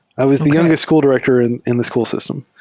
i was the youngest school director in in the school system,